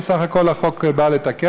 את זה, בסך הכול, החוק נועד לתקן,